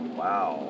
wow